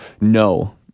No